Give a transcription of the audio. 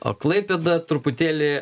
o klaipėda truputėlį